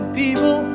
people